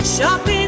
Shopping